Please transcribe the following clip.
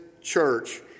church